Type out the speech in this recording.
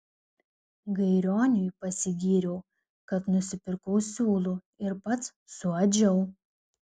gairioniui pasigyriau kad nusipirkau siūlų ir pats suadžiau